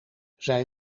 zij